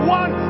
one